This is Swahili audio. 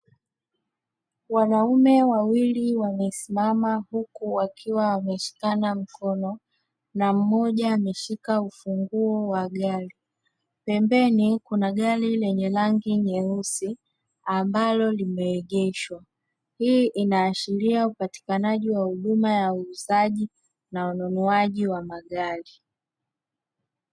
Wanaume wawili wamesimama huku wakiwa wameshikana mikono, na mmoja ameshika ufunguo wa gari, pembeni kuna gari lenye rangi nyeusi ambalo limeegeshwa, hii inaashilia upatikanaji ya uuzaji na ununuaji wa magari.